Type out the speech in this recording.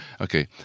Okay